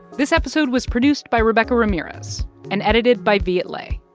this episode was produced by rebecca ramirez and edited by viet le.